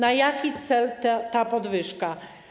Na jaki cel ta podwyżka?